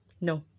No